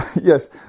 yes